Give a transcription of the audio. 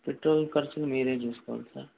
petrol ఖర్చులు మీరే చూసుకోవాలి సార్